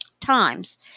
times